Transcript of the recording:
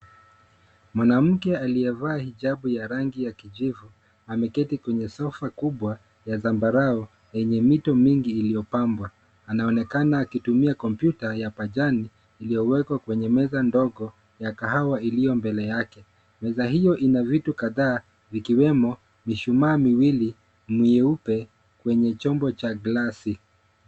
Mwanamke aliyevaa hijabu ya rangi ya kijivu ameketi kwenye sofa kubwa ya zambarau yenye mito mingi iliyopambwa. Anaonekana akitumia kompyuta ya pajani iliyowekwa kwenye meza ndogo ya kahawa iliyo mbele yake. Meza hiyo ina vitu kadhaa vikiwemo mishumaa miwili, mieupe kwenye chombo cha glasi.